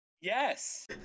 Yes